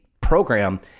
program